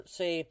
say